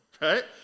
right